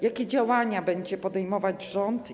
Jakie działania będzie podejmować rząd?